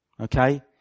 Okay